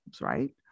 right